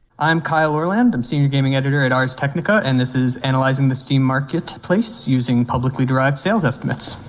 i'm kyle orland, i'm senior gaming editor at ars technica, and this is analyzing the steam marketplace, using publicly derived sales estimates.